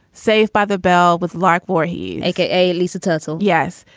saved by the bell with lark voorhies, a k a. lisa tercel. yes.